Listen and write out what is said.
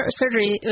surgery